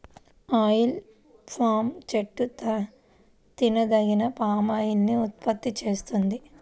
oil palm చెట్టు తినదగిన palm oil ని ఉత్పత్తి చేస్తుంది